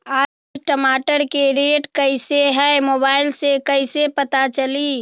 आज टमाटर के रेट कईसे हैं मोबाईल से कईसे पता चली?